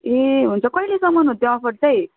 ए हुन्छ कहिलेसम्म हो त्यो अफर चाहिँ